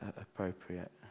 appropriate